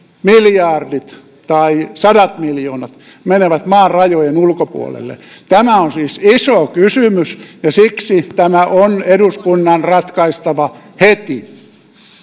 miljardit tai sadat miljoonat menevät maan rajojen ulkopuolelle tämä on siis iso kysymys ja siksi tämä on eduskunnan ratkaistava heti